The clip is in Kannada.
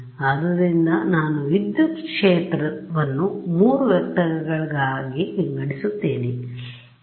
ಆದ್ದರಿಂದ ನಾನು ವಿದ್ಯುತ್ ಕ್ಷೇತ್ರವನ್ನು 3 ವೆಕ್ಟರ್ ಗಳಾಗಿ ವಿಂಗಡಿಸುತ್ತೇನೆ Esx Esy Esz